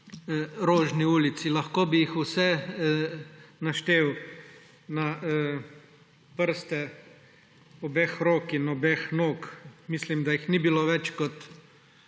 Rožni ulici. Lahko bi jih vse naštel na prste obeh rok in obeh nog. Mislim, da jih ni bilo več kot